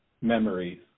memories